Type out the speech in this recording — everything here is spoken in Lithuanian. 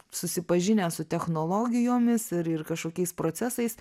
susipažinę su technologijomis ir ir kažkokiais procesais